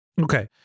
Okay